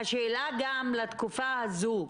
השאלה גם לתקופה הזו.